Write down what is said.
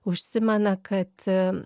užsimena kad